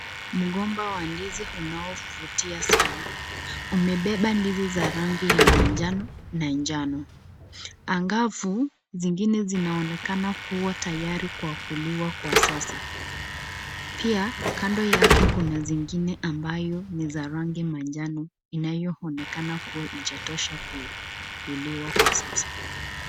Mgomba wa ndizi unaovutia sana, umebeba ndizi za rangi ya manjano na njano angavu, zingine zinaonekana kuwa tayari kwa kuliwa kwa sasa. Pia kando yake kuna zingine ambayo ni za rangi manjano inayoonekana kuwa haijatosha kuliwa kwa sasa.